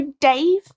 dave